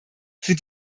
sind